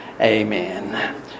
Amen